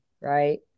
right